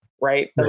right